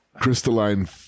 crystalline